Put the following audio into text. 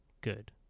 good